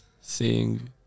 seeing